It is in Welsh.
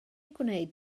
gwneud